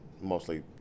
mostly